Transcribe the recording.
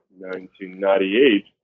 1998